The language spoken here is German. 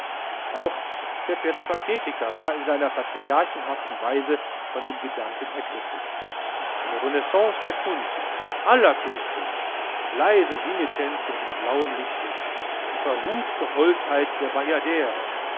auch der peripathetiker war in seiner patriarchenhaften weise von dem gedanken ergriffen eine renaissance der kunst aller künste leise singetänze in blauem lichte die verruchte holdheit der bajadere